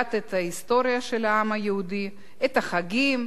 שיודעת את ההיסטוריה של העם היהודי, את החגים.